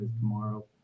Tomorrow